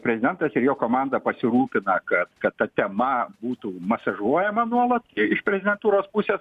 prezidentas ir jo komanda pasirūpina kad kad ta tema būtų masažuojama nuolat i iš prezidentūros pusės